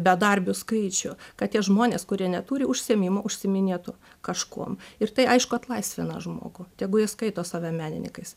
bedarbių skaičių kad tie žmonės kurie neturi užsiėmimo užsiiminėtų kažkuo ir tai aišku atlaisvina žmogų tegu jie skaito save menininkais